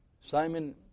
Simon